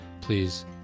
please